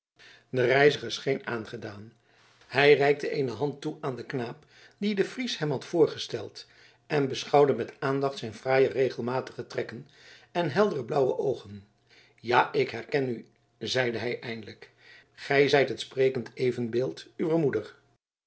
de reiziger scheen aangedaan hij reikte eene hand toe aan den knaap dien de fries hem had voorgesteld en beschouwde met aandacht zijn fraaie regelmatige trekken en heldere blauwe oogen ja ik herken u zeide hij eindelijk gij zijt het sprekend evenbeeld uwer moeder